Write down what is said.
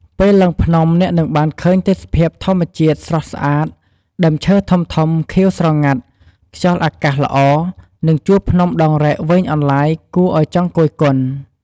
ពេលឡើងភ្នំ អ្នកនឹងបានឃើញទេសភាពធម្មជាតិស្រស់ស្អាត ដើមឈើធំៗខៀវស្រងាត់ ខ្យល់អាកាសល្អ និងជួរភ្នំដងរែកវែងអន្លាយគួរឱ្យចង់គយគន់។